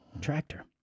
Tractor